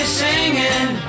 singing